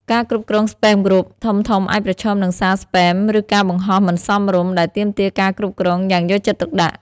ការគ្រប់គ្រង Spam Group ធំៗអាចប្រឈមនឹងសារ Spam ឬការបង្ហោះមិនសមរម្យ ដែលទាមទារការគ្រប់គ្រងយ៉ាងយកចិត្តទុកដាក់។